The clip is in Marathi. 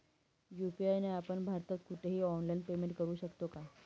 यू.पी.आय ने आपण भारतात कुठेही ऑनलाईन पेमेंट करु शकतो का?